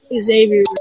Xavier